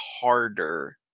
harder